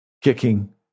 kicking